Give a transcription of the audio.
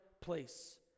place